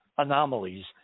Anomalies